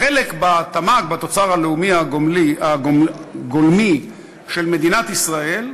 החלק בתמ"ג, בתוצר הלאומי הגולמי של מדינת ישראל,